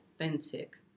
authentic